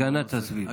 הגנת הסביבה.